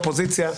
אופוזיציה.